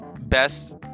best